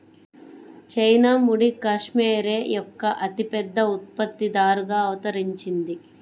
China ముడి cashmere యొక్క అతిపెద్ద ఉత్పత్తిదారుగా అవతరించింది